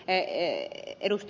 lyhyesti ed